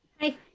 Hi